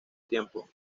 tiempo